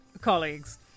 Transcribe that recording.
colleagues